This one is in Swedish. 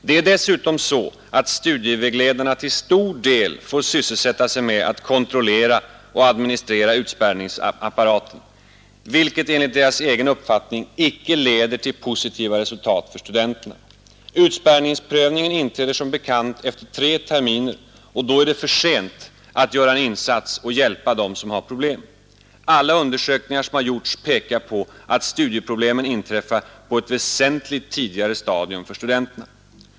Det är dessutom så att studievägledarna till stor del får sysselsätta sig med att kontrollera och administrera utspärrningsapparaten, vilket enligt deras uppfattning icke leder till några positiva resultat för studenterna. Utspärrningsprövningen inträder som bekant efter tre terminer och då är det för sent att göra en insats och hjälpa dem som har problem. Alla undersökningar som har gjorts pekar på att studieproblemen inträffar på ett mycket tidigare stadium för studenterna.